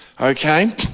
Okay